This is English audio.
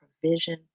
provision